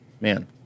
man